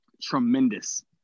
tremendous